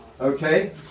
Okay